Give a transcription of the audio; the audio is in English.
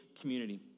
community